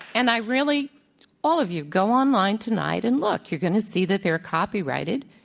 and i really all of you. go online tonight and look. you're going to see that they're copyrighted.